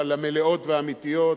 אבל המלאות והאמיתיות